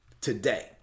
today